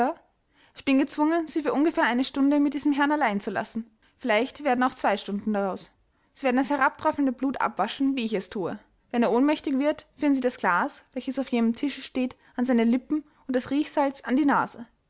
gezwungen sie für ungefähr eine stunde mit diesem herrn allein zu lassen vielleicht werden auch zwei stunden daraus sie werden das herabträufelnde blut abwaschen wie ich es thue wenn er ohnmächtig wird führen sie das glas welches auf jenem tische steht an seine lippen und das riechsalz an die nase